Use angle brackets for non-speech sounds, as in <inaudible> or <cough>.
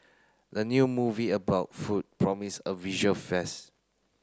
the new movie about food promise a visual <unintelligible>